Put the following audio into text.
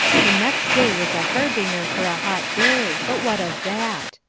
the next day was a harbinger for a hot day but what of that?